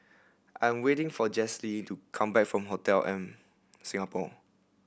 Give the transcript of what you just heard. I'm waiting for Jessye to come back from Hotel M Singapore